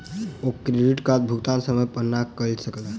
ओ credit कार्डक भुगतान समय पर नै कय सकला